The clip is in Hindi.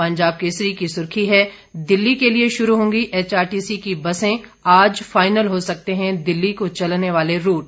पंजाब केसरी की सुर्खी है दिल्ली के लिये शुरू होंगी एचआरटीसी की बसें आज फाइनल हो सकते हैं दिल्ली को चलने वाले रूट